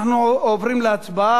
אנחנו עוברים להצבעה,